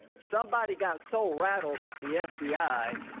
somebody got so rattled at the f b i.